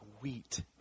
wheat